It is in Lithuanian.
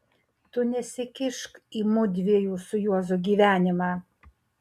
tu nesikišk į mudviejų su juozu gyvenimą